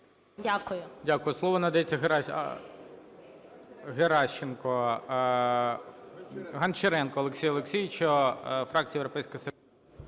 Дякую.